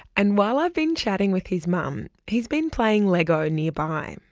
and while i've been chatting with his mum, he's been playing lego nearby.